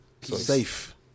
safe